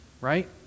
right